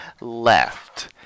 left